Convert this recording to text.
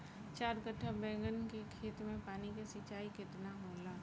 चार कट्ठा बैंगन के खेत में पानी के सिंचाई केतना होला?